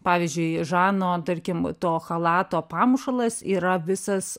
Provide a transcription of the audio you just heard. pavyzdžiui žano tarkim to chalato pamušalas yra visas